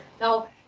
now